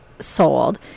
sold